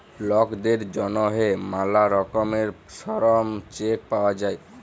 লকদের জ্যনহে ম্যালা রকমের শরম চেক পাউয়া যায়